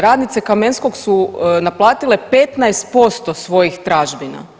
Radnice Kamenskog su naplatile 15% svojih tražbina.